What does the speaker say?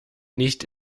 nicht